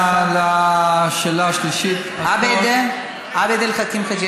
גם לשאלה השלישית, עבד אל חכים חאג'